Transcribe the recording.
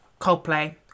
Coldplay